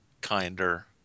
kinder